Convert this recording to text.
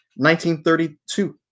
1932